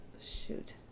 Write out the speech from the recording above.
Shoot